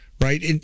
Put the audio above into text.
right